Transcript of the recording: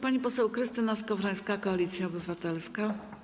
Pani poseł Krystyna Skowrońska, Koalicja Obywatelska.